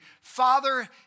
father